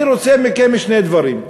אני רוצה מכם שני דברים.